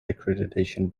accreditation